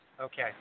Okay